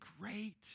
great